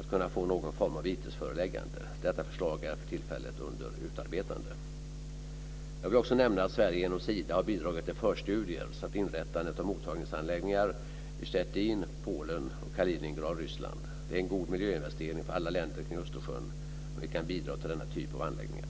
att kunna få någon form av vitesföreläggande. Detta förslag är för tillfället under utarbetande. Jag vill också nämna att Sverige genom Sida har bidragit till förstudier samt inrättandet av mottagnings anläggningar i Szceczin, Polen, och Kaliningrad, Ryssland. Det är en god miljöinvestering för alla länder kring Östersjön om vi kan bidra till denna typ av anläggningar.